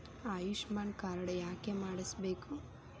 Ayushman card ಯಾಕೆ ಮಾಡಿಸಬೇಕು?